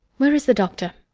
where is the doctor?